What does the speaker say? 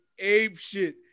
apeshit